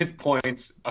points